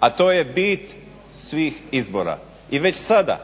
a to je bit svih izbora. I već sada